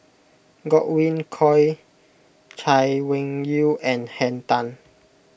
Godwin Koay Chay Weng Yew and Henn Tan